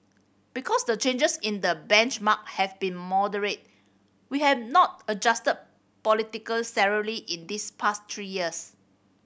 because the changes in the benchmark have been moderate we have not adjusted political salary in these past three years